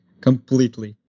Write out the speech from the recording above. completely